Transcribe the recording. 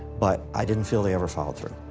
but i didn't feel they ever followed through.